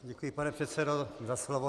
Děkuji, pane předsedo, za slovo.